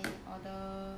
I order